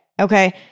okay